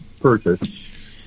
purchase